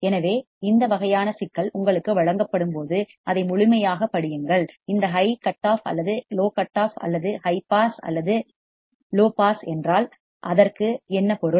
எனவே இந்த வகையான சிக்கல் உங்களுக்கு வழங்கப்படும்போது அதை முழுமையாகப் படியுங்கள் இந்த ஹை கட் ஆஃப் அல்லது லோ கட் ஆஃப் அல்லது ஹை பாஸ் அல்லது லோ பாஸ் என்றால் அதற்கு என்ன பொருள்